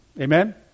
amen